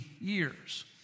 years